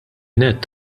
nett